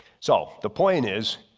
so the point is,